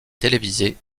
télévisées